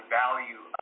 value